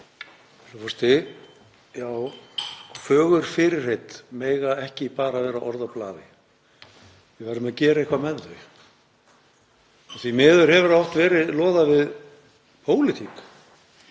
Forseti. Fögur fyrirheit mega ekki bara vera orð á blaði. Við verðum að gera eitthvað með þau. Því miður hefur oft loðað við pólitík